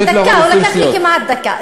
אבל דקה, הוא לקח לי כמעט דקה.